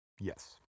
Yes